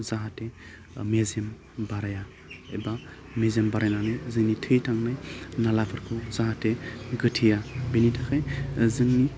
जाहाथे मेजेम बाराया एबा मेजेम बारायनानै जोंनि थै थांनाय नालाफोरखौ जाहाथे गोथेया बेनि थाखाय जोंनि